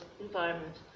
environment